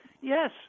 yes